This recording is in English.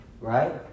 right